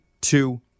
two